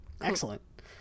Excellent